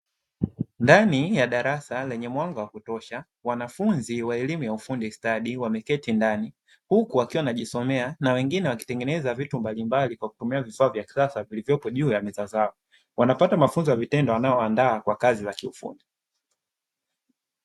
Ndani ya darasa lenye mwanga wa kutsha, wanafunzi wa elimu ya ufundi stadi wameketi ndani, huku wakiwa wanajisomea na wengine wakitengeneza vitu mbalimbali kwa kutumia vifaa vya kisasa vilivyopo juu ya meza zao, Wanapata mafunzo ya vitendo yanayowandaa kwa kazi za kiufundi.